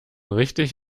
richtig